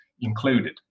included